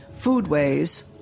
foodways